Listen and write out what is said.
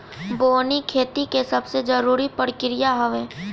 बोअनी खेती के सबसे जरूरी प्रक्रिया हअ